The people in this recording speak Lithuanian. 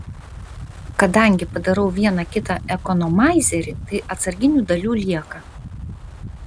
kadangi padarau vieną kitą ekonomaizerį tai atsarginių dalių lieka